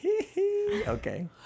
Okay